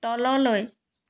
তললৈ